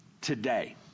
today